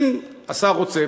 אם השר רוצה,